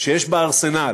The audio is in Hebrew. שיש בארסנל